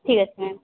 ଠିକ୍ ଅଛି ମ୍ୟାମ୍